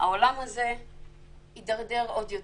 העולם הזה יתדרדר עוד יותר.